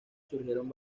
surgieron